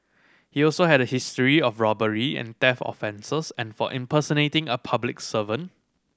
he also had a history of robbery and theft offences and for impersonating a public servant